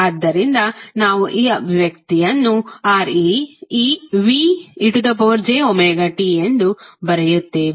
ಆದ್ದರಿಂದ ನಾವು ಈ ಅಭಿವ್ಯಕ್ತಿಯನ್ನು ReVejωt ಎಂದು ಬರೆಯುತ್ತೇವೆ